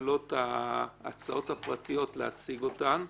לבעלות ההצעות הפרטיות להציג אותן,